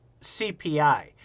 CPI